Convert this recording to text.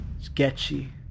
sketchy